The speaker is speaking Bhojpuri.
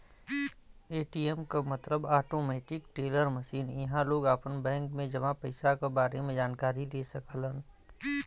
ए.टी.एम मतलब आटोमेटिक टेलर मशीन इहां लोग आपन बैंक में जमा पइसा क बारे में जानकारी ले सकलन